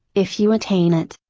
if you attain it.